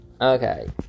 Okay